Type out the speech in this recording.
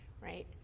right